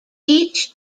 each